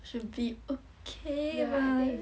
should be okay lah